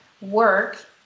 work